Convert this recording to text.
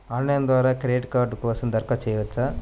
Online ద్వారా credit card కోసం దరఖాస్తు చేయవచ్చా?